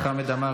חמד עמאר,